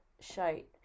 shite